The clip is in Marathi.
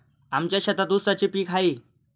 आमच्या शेतात ऊसाचे पीक आहे